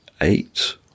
eight